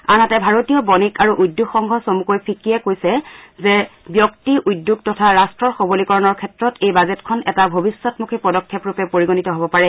আনহাতে ভাৰতীয় বণিক আৰু উদ্যোগ সংঘ চমুকৈ ফিব্বিয়ে কৈছে যে ব্যক্তি উদ্যোগ তথা ৰাষ্টৰ সবলীকৰণ ক্ষেত্ৰত এটা ভৱিষ্যতমুখি পদক্ষেপৰূপে পৰিগণিত হ'ব পাৰে